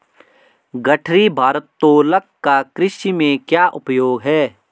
गठरी भारोत्तोलक का कृषि में क्या उपयोग है?